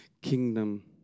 kingdom